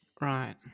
Right